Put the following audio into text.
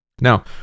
Now